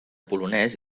polonès